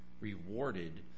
rewarded